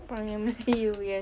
perangai melayu yes